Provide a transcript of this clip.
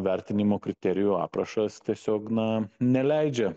vertinimo kriterijų aprašas tiesiog na neleidžia